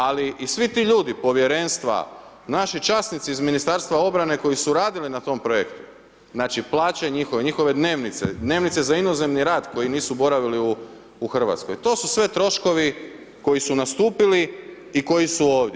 Ali i svi ti ljudi, povjerenstva, naši časnici iz Ministarstva obrane koji su radili na tome projektu, znači plaće njihove, njihove dnevnice, dnevnice za inozemni rad koji nisu boravili u Hrvatskoj to su sve troškovi koji su nastupili i koji su ovdje.